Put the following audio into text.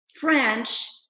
French